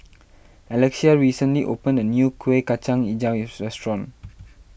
Alexia recently opened a new Kueh Kacang HiJau restaurant